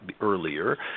earlier